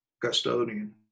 custodian